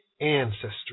ancestry